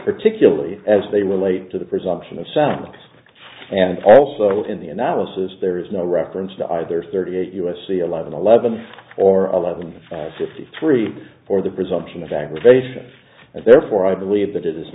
particularly as they relate to the presumption of soundex and also in the analysis there is no reference to either thirty eight u s c eleven eleven or a level fifty three for the presumption of aggravation and therefore i believe that it is